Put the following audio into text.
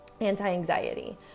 anti-anxiety